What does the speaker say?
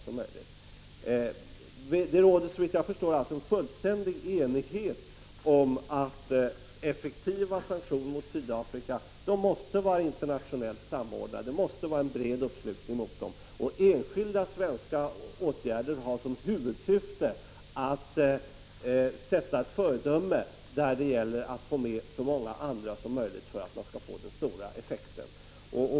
Det råder såvitt jag förstår fullständig enighet om att effektiva sanktioner mot Sydafrika måste vara internationellt samordnade. Det måste vara en bred uppslutning bakom dem. Enskilda svenska åtgärder har som huvudsyfte att vara ett föredöme, men det gäller att få med så många andra länder som möjligt för att uppnå stor effekt.